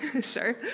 sure